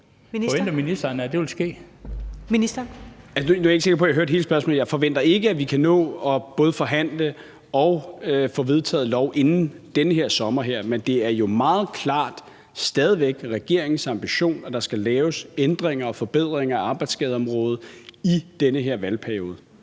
Jeg forventer ikke, at vi kan nå både at forhandle og få vedtaget en lov om det inden den her sommer. Men det er jo meget klart stadig væk regeringens ambition, at der skal laves ændringer og forbedringer af arbejdsskadeområdet i den her valgperiode.